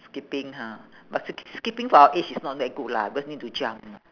skipping ha but sk~ skipping for our age is not that good lah because need to jump